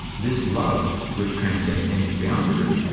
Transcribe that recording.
this love, which transcends any boundary,